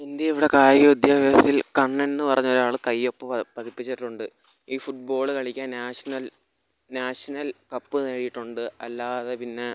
ഇന്ത്യയുടെ കായിക വിദ്യാഭ്യാസത്തിൽ കണ്ണെനെന്ന് പറഞ്ഞൊരാൾ കയ്യൊപ്പ് പതിപ്പിച്ചിട്ടുണ്ട് ഈ ഫുട്ബോള് കളിക്കാൻ നാഷണൽ നാഷണൽ കപ്പ് നേടിയിട്ടുണ്ട് അല്ലാതെ പിന്നെ